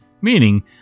Meaning